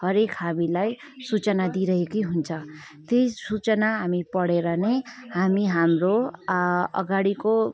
हरेक हामीलाई सूचना दिइरहेकै हुन्छ त्यही सूचना हामी पढेर नै हामी हाम्रो अगाडिको